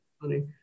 funny